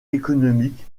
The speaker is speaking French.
économique